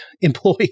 employee